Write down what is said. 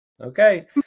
Okay